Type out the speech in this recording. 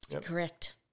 Correct